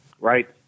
Right